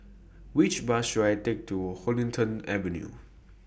Which Bus should I Take to Huddington Avenue